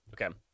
Okay